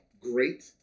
great